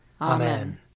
Amen